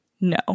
no